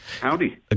Howdy